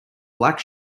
black